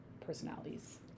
personalities